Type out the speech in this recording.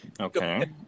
Okay